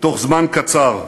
תוך זמן קצר.